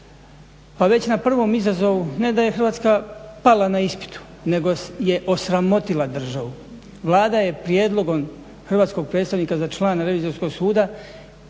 Pa već na prvom izazovu ne da je Hrvatska pala na ispitu nego je osramotila državu. Vlada je prijedlogom hrvatskog predstavnika za člana Revizorskog suda